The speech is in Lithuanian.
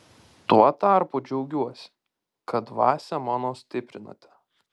tuo tarpu džiaugiuosi kad dvasią mano stiprinate